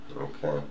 Okay